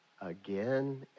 Again